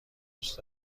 دوست